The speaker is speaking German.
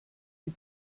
die